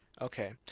Okay